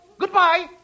Goodbye